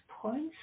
points